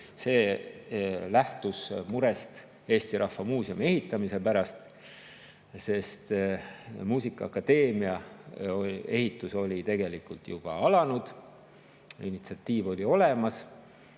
–, lähtus murest Eesti Rahva Muuseumi ehitamise pärast. Muusikaakadeemia ehitus oli juba alanud, initsiatiiv oli olemas,